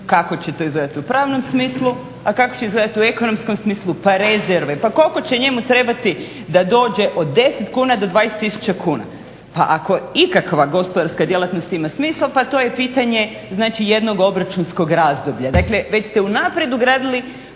kako će to izgledati u pravnom smislu, a kako će izgledati u ekonomskom smislu pa rezerve. Pa koliko će njemu trebati da dođe od 10 kuna do 20 tisuća kuna? Pa ako ikakva gospodarska djelatnost ima smisla pa to je pitanje znači jednog obračunskog razdoblja. Dakle, već ste unaprijed ugradili